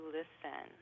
listen